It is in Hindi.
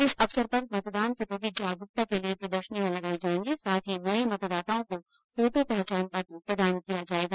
इस अवसर पर मतदान के प्रति जागरूकता के लिये प्रदर्शनियां लगाई जायेगी साथ ही नये मतदाताओं को फोटो पहचान पत्र प्रदान किया जायेगा